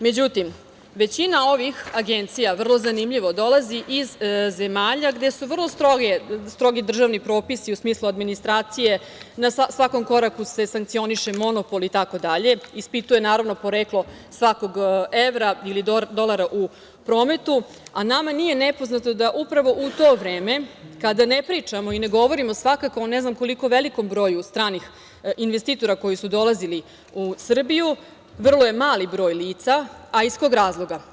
Međutim, većina ovih agencija, vrlo zanimljivo, dolazi iz zemalja gde su vrlo strogi državni propisi u smislu administracije, na svakom koraku se sankcioniše monopol itd. ispituje, naravno, poreklo svakog evra ili dolara u prometu, a nama nije nepoznato da upravo u to vreme kada ne pričamo i ne govorimo svakako o ne znam koliko velikom broju stranih investitora koji su dolazili u Srbiju, vrlo je mali broj lica, a iz kog razloga.